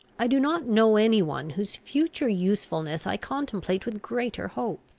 i do not know any one whose future usefulness i contemplate with greater hope.